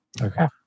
Okay